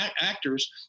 actors